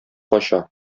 кача